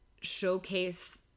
showcase